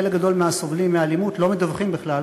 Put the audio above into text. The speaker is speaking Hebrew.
חלק גדול מהסובלים מאלימות לא מדווחים בכלל,